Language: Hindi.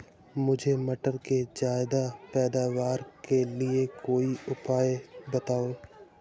मुझे मटर के ज्यादा पैदावार के लिए कोई उपाय बताए?